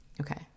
okay